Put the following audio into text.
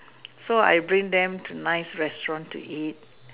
so I bring them to nice restaurant to eat